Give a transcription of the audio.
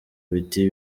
biti